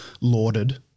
lauded